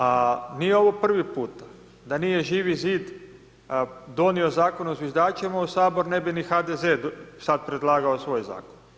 A nije ovo prvi puta da nije Živi zid donio Zakon o zviždačima u Sabor ne bi ni HDZ sad predlagao svoj zakon.